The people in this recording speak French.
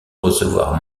recevoir